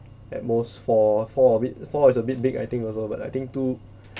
at most four four of it four is a bit big I think also but I think two